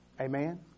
Amen